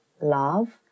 love